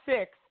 six